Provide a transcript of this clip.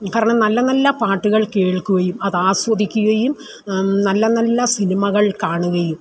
കാരണം നല്ല നല്ല പാട്ടുകൾ കേൾക്കുകയും അത് ആസ്വദിക്കുകയും നല്ല നല്ല സിനിമകൾ കാണുകയും